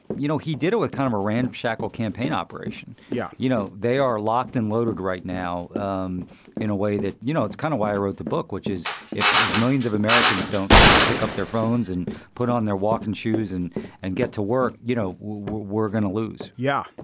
you know, he did it with kind of a ramshackle campaign operation. yeah. you know, they are locked and loaded right now um in a way that, you know, it's kind of why i wrote the book, which is if if millions of americans don't kind of pick up their phones and put on their walking shoes and and get to work. you know, we're going to lose yeah,